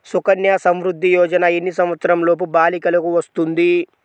సుకన్య సంవృధ్ది యోజన ఎన్ని సంవత్సరంలోపు బాలికలకు వస్తుంది?